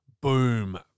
boom